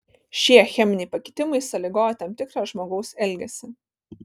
šie cheminiai pakitimai sąlygoja tam tikrą žmogaus elgesį